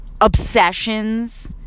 obsessions